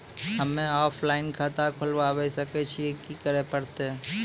हम्मे ऑफलाइन खाता खोलबावे सकय छियै, की करे परतै?